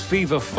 Fever